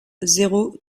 zéro